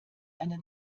eine